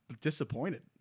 disappointed